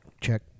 check